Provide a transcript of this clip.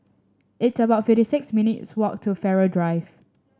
it's about fifty six minutes walk to Farrer Drive